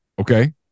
okay